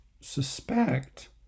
suspect